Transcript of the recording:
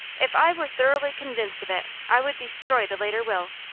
if i were thoroughly convinced of it, i would destroy the later will,